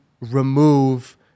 remove